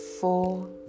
four